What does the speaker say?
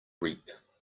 reap